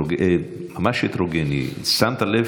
ממש הטרוגני, שמת לב